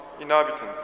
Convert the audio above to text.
inhabitants